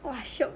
!wah! shiok